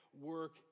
work